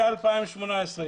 בשנת 2018,